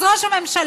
אז ראש הממשלה,